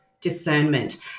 discernment